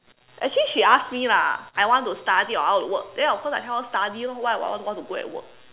actually she ask me lah I want to study or I want to work then of course I tell her study lor why would I want to go and work